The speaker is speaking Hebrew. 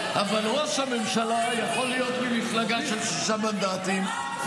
אבל ראש הממשלה יכול להיות ממפלגה של שישה מנדטים?